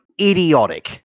idiotic